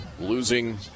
losing